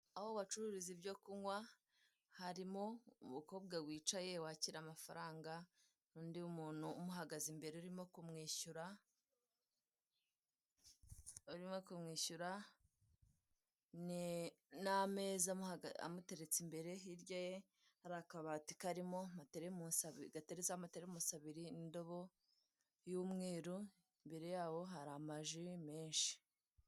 Aho bacururiza ibyo kunywa, harimo umukobwa wicaye wakira amafaranga n'undi muntu umuhagaze imbere urimo kumwishyura, n'ameza amuhaga amuteretse imbere hirya ye hari akabati karimo gateretseho amateremusi abiri n'indobo y'umweru imbere yaho hari amaji menshi.